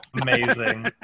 Amazing